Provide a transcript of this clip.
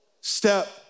step